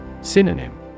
Synonym